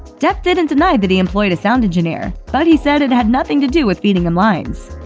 depp didn't deny that he employed a sound engineer, but he said it had nothing to do with feeding him lines.